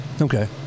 Okay